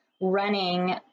running